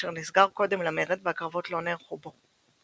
אשר נסגר קודם למרד והקרבות לא נערכו בו.